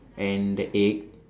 and the egg